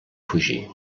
fugir